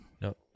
No